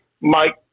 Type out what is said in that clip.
Mike